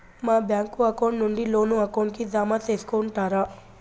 మా bank account నుండి loan account కి జామ సేసుకుంటారా?